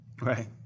Right